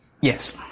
Yes